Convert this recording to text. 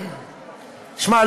שמע,